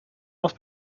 not